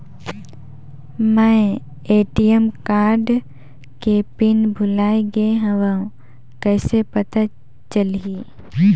मैं ATM card के PIN भुलाए गे हववं कइसे पता चलही?